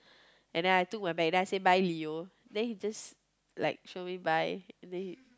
and then I took my bag then I say bye Leo then he just like show me bye then he